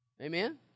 Amen